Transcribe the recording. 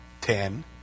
Ten